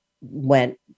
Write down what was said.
went